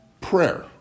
prayer